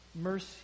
mercy